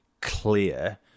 clear